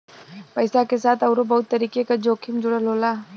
पइसा के साथ आउरो बहुत तरीके क जोखिम जुड़ल होला